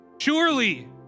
surely